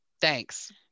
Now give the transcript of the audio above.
Thanks